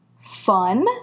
fun